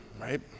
right